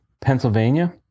Pennsylvania